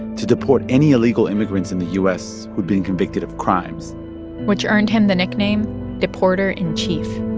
to deport any illegal immigrants in the u s. who'd been convicted of crimes which earned him the nickname deporter in chief